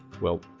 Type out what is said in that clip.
well,